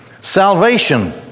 salvation